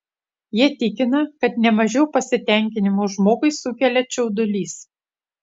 jie tikina kad ne mažiau pasitenkinimo žmogui sukelia čiaudulys